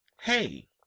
Hey